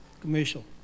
commercial